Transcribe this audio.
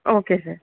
okay sir